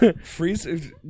freeze